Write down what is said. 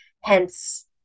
Hence